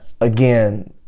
again